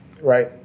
Right